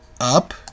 up